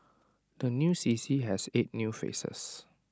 the new C C has eight new faces